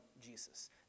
Jesus